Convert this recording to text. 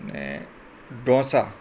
ને ઢોંસા